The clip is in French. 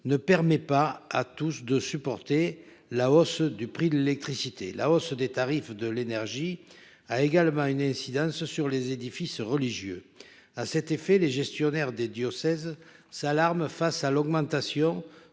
ne permet pas à tous de supporter la hausse du prix de l'électricité, la hausse des tarifs de l'énergie a également une incidence sur les édifices religieux à cet effet les gestionnaires des diocèses s'alarme face à l'augmentation